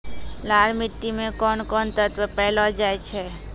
लाल मिट्टी मे कोंन कोंन तत्व पैलो जाय छै?